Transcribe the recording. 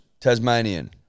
Tasmanian